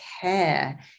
care